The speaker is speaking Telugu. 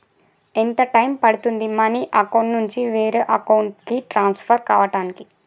ఎంత టైం పడుతుంది మనీ అకౌంట్ నుంచి వేరే అకౌంట్ కి ట్రాన్స్ఫర్ కావటానికి?